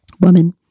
woman